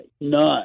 none